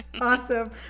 awesome